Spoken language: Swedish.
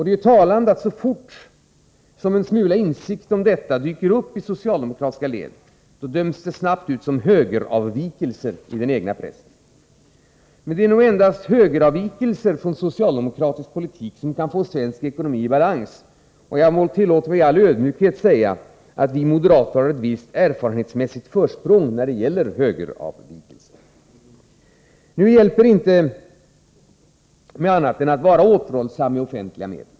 Det är talande, att så fort som en smula insikt om detta dyker upp i de socialdemokratiska leden, döms det snabbt ut som ”högeravvikelser” i den egna pressen. Det är endast ”högeravvikelser” från socialdemokratisk politik som kan få svensk ekonomi i balans. Jag tillåter mig i all ödmjukhet att säga att vi moderater har ett visst erfarenhetsmässigt försprång när det gäller högeravvikelser. Nu hjälper inte annat än att vara återhållsam med offentliga medel.